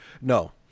No